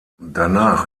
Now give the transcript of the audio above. danach